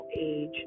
age